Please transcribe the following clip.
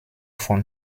von